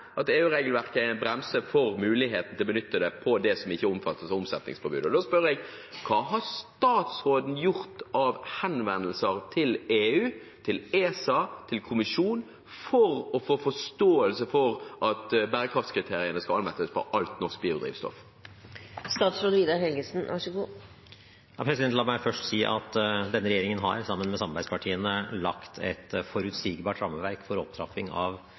at EU-regelverket er en bremse for muligheten til å benytte det på det som ikke omfattes av omsetningsforbudet. Da spør jeg: Hva har statsråden gjort av henvendelser til EU, til ESA, til kommisjonen, for å få forståelse for at bærekraftskriteriene skal anvendes på alt norsk biodrivstoff? La meg først si at denne regjeringen har, sammen med samarbeidspartiene, lagt et forutsigbart rammeverk for opptrapping av produksjon og bruk av bærekraftig biodrivstoff i Norge. Den regjeringen som Eidsvoll Holmås var en del av,